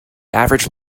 average